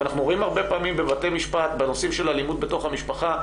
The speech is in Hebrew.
ואנחנו רואים הרבה פעמים בבתי משפט בנושאים של אלימות בתוך המשפחה,